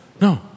No